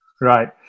Right